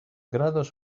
grados